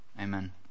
amen